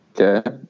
Okay